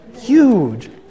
huge